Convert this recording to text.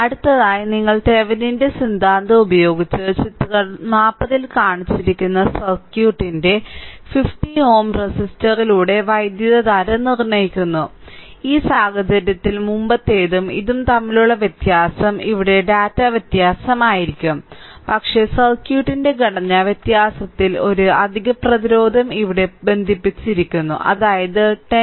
അടുത്തതായി നിങ്ങൾ തെവെനിന്റെ സിദ്ധാന്തം ഉപയോഗിച്ച് ചിത്രം 40 ൽ കാണിച്ചിരിക്കുന്ന സർക്യൂട്ടിന്റെ 50 Ω റെസിസ്റ്ററിലൂടെ വൈദ്യുതധാര നിർണ്ണയിക്കുന്നു ഈ സാഹചര്യത്തിൽ മുമ്പത്തേതും ഇതും തമ്മിലുള്ള വ്യത്യാസം ഇവിടെ ഡാറ്റ വ്യത്യസ്തമായിരിക്കാം പക്ഷേ സർക്യൂട്ടിന്റെ ഘടന വ്യത്യാസത്തിൽ ഒരു അധിക പ്രതിരോധം ഇവിടെ ബന്ധിപ്പിച്ചിരിക്കുന്നു അതായത് 10Ω